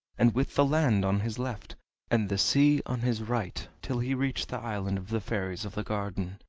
and with the land on his left and the sea on his right, till he reached the island of the fairies of the garden.